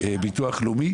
לגבי הביטוח הלאומי,